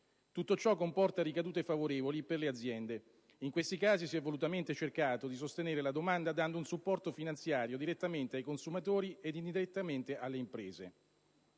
Tutto ciò comporta ricadute favorevoli per le aziende. In questi casi si è volutamente cercato di sostenere la domanda, dando un supporto finanziario direttamente ai consumatori ed indirettamente alle imprese.